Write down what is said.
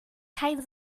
kein